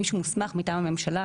מישהו מוסמך מטעם הממשלה,